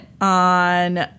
On